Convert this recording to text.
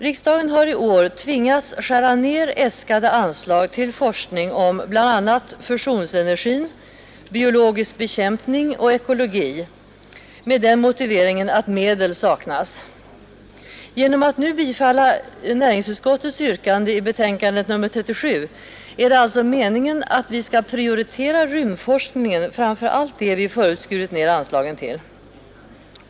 Riksdagen har i år tvingats skära ned äskade anslag till forskning om bl.a. fusionsenergin, biologisk bekämpning och ekologi med den motiveringen att medel saknas. Genom att nu bifalla näringsutskottets yrkande i betänkandet nr 37 är det alltså meningen att vi skall prioritera rymdforskningen framför allt det vi förut skurit ned anslagen till.